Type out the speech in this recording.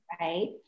Right